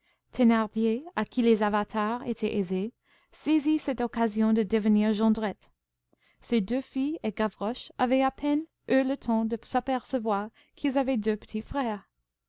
thénardier à qui les avatars étaient aisés saisit cette occasion de devenir jondrette ses deux filles et gavroche avaient à peine eu le temps de s'apercevoir qu'ils avaient deux petits frères